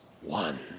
one